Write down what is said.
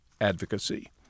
advocacy